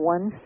One